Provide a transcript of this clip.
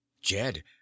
Jed